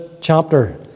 chapter